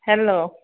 hello